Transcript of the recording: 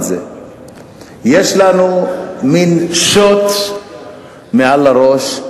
יש לנו מין שוט מעל הראש,